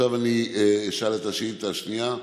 עכשיו אשאל את השאילתה השנייה.